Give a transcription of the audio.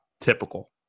typical